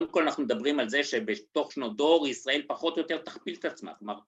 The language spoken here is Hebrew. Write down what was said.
קודם כל אנחנו מדברים על זה שבתוך שנות דור ישראל פחות או יותר תכפיל את עצמה